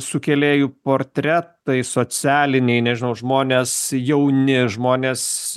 sukėlėjų portretai socialiniai nežinau žmonės jauni žmonės